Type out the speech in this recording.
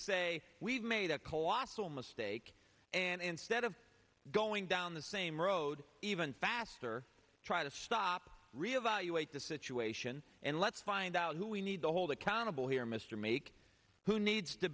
say we've made a colossal mistake and instead of going down the same road even faster try to stop re evaluate the situation and let's find out who we need to hold accountable here mr meek who needs to